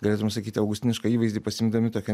galėtum sakyti augustinišką įvaizdį pasiimdami tokia